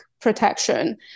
protection